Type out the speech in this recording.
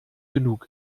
genug